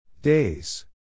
Days